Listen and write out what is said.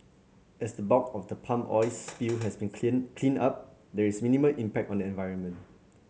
as the bulk of the palm oil spill has been clean cleaned up there is minimal impact on the environment